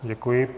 Děkuji.